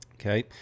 Okay